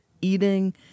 eating